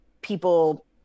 people